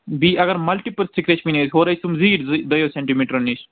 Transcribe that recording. بیٚیہِ اگر ملٹی پٔر سِکرٛیج بنے یہِ ہورَے تِم زیٖٹھ زٕ دۄیو سینٛٹی میٹرو نِش